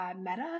Meta